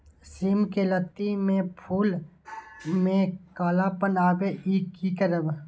सिम के लत्ती में फुल में कालापन आवे इ कि करब?